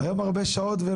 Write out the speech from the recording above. היום הרבה שעות.